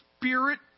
spirit